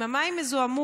אם המים יזוהמו